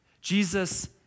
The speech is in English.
Jesus